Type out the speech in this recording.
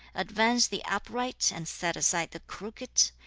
advance the upright and set aside the crooked,